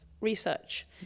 research